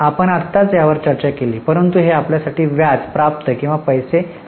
आपण आत्ताच याबद्दल चर्चा केली आहे परंतु हे आपल्यासाठी व्याज प्राप्त किंवा पैसे दिले जाऊ शकते